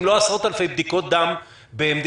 אם לא עשרות אלפי בדיקות דם,